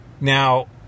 Now